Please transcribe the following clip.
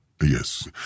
Yes